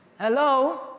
Hello